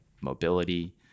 mobility